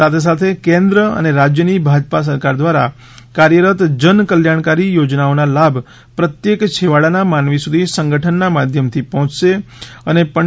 સાથે સાથે કેન્દ્ર અને રાજ્યની ભાજપા સરકાર દ્વારા કાર્યરત જન કલ્યાણકારી યોજનાઓના લાભ પ્રત્યેક છેવાડાના માનવી સુધી સંગઠનના માધ્યમથી પહોયશે અને પં